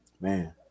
man